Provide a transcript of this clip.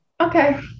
Okay